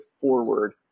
forward